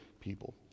people